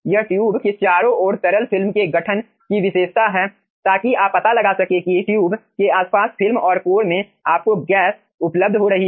यह ट्यूब के चारों ओर तरल फिल्म के गठन की विशेषता है ताकि आप पता लगा सकें कि ट्यूब के आसपास फिल्म और कोर में आपको गैस उपलब्ध हो रही है